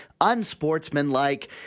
unsportsmanlike